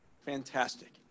Fantastic